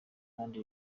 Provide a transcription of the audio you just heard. kandi